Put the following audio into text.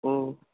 ओ